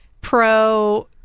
pro